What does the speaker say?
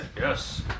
yes